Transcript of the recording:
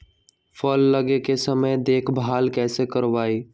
फल लगे के समय देखभाल कैसे करवाई?